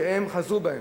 שהם חזרו בהם.